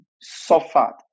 suffered